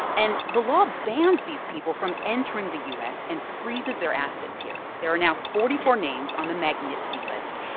and the law bans these people from entering the u s. and freezes their assets here. there are now forty four names on the magnitsky list.